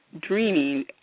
dreaming